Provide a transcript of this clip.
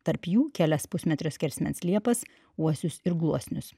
tarp jų kelias pusmetrio skersmens liepas uosius ir gluosnius